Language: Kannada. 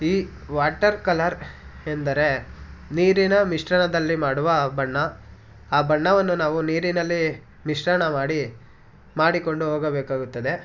ಈ ವಾಟರ್ ಕಲರ್ ಎಂದರೆ ನೀರಿನ ಮಿಶ್ರಣದಲ್ಲಿ ಮಾಡುವ ಬಣ್ಣ ಆ ಬಣ್ಣವನ್ನು ನಾವು ನೀರಿನಲ್ಲಿ ಮಿಶ್ರಣ ಮಾಡಿ ಮಾಡಿಕೊಂಡು ಹೋಗಬೇಕಾಗುತ್ತದೆ